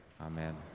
Amen